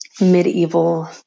medieval